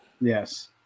Yes